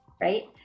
right